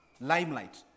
limelight